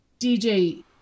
DJ